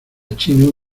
chino